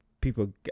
people